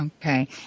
Okay